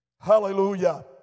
Hallelujah